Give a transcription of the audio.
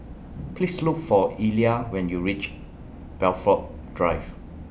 Please Look For Elia when YOU REACH Blandford Drive